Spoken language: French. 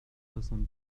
soixante